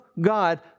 God